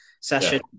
session